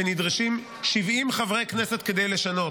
שנדרשים 70 חברי כנסת כדי לשנות.